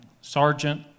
sergeant